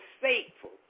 faithful